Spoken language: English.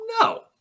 no